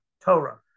Torah